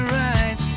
right